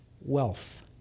wealth